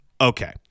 Okay